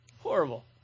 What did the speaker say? Horrible